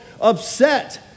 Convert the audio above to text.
upset